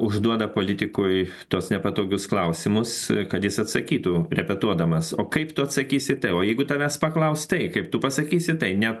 užduoda politikui tuos nepatogius klausimus kad jis atsakytų repetuodamas o kaip tu atsakysi į tai o jeigu tavęs paklaus tai kaip tu pasakysi tai ne